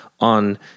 on